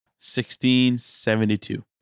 1672